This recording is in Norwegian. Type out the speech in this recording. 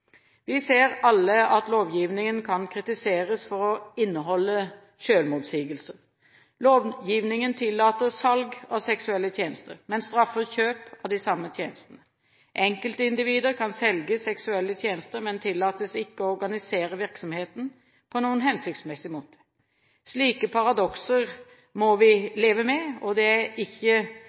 Vi ser alle at lovgivningen kan kritiseres for å inneholde selvmotsigelser. Lovgivningen tillater salg av seksuelle tjenester, men straffer kjøp av de samme tjenestene. Enkeltindivider kan selge seksuelle tjenester, men tillates ikke å organisere virksomheten på noen hensiktsmessig måte. Slike paradokser må vi leve med, og det er ikke